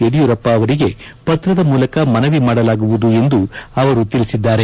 ಯಡಿಯೂರಪ್ಪ ಅವರಿಗೆ ಪತ್ರದ ಮೂಲಕ ಮನವಿ ಮಾಡಲಾಗುವುದು ಎಂದು ಅವರು ಹೇಳಿದ್ದಾರೆ